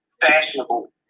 fashionable